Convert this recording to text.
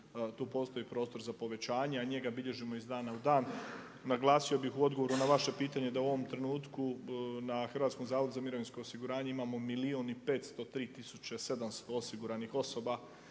tu postoji prostor za povećanja, a njega bilježimo iz dana u dan. Naglasio bi u odgovoru na vaše pitanje da u ovom trenutku na HZMO-u imamo milijun i 503 tisuće 700 osiguranih osoba,